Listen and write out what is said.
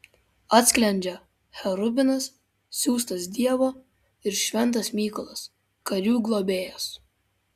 atsklendžia cherubinas siųstas dievo ir šventas mykolas karių globėjas